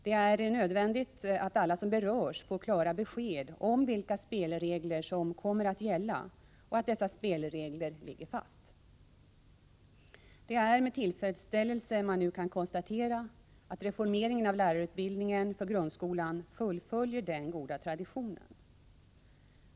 Det är nödvändigt att alla som berörs får klara besked om vilka spelregler som kommer att gälla och om att dessa spelregler ligger fast. Det är med tillfredsställelse man nu kan konstatera att reformeringen av lärarutbildningen för grundskolan fullföljer den goda traditionen.